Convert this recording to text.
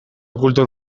kultur